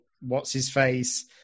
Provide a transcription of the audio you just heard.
what's-his-face